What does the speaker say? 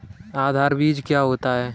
आधार बीज क्या होता है?